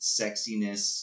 sexiness